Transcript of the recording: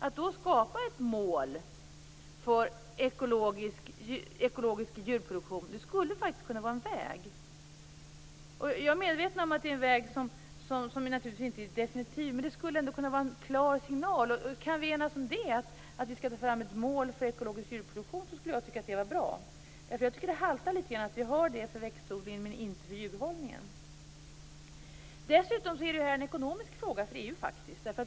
Att skapa ett mål för ekologisk djurproduktion skulle faktiskt kunna vara en väg. Jag är medveten om att det är en väg som naturligtvis inte är definitiv men det skulle ändå kunna vara en klar signal. Om vi kunde enas om att vi skall ta fram ett mål för ekologisk djurproduktion skulle jag tycka att det var bra. Jag tycker nämligen att det haltar lite när vi har ett sådant mål för växtodlingen men inte för djurhållningen. Dessutom är det här en ekonomisk fråga för EU.